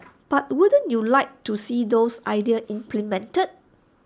but wouldn't you like to see those ideas implemented